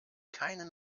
keinen